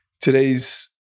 today's